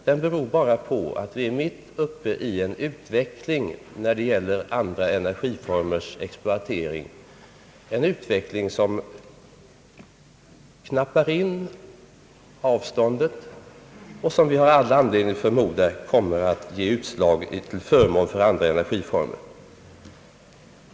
Den beror bara på att vi är mitt uppe i en utveckling när det gäller andra energiformers exploatering, en utveckling som knappar in på avståndet och som vi har all anledning förmoda kommer att ge utslag till förmån för andra energiformer.